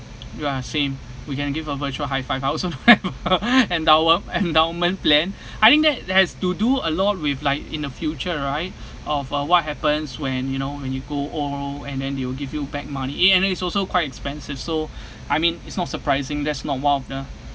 we are same we can give a virtual high five I also don't have a endower endowment plan I think that has to do a lot with like in the future right of uh what happens when you know when you go old and then they will give you back money is also quite expensive so I mean it's not surprising that's not one of the